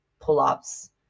pull-ups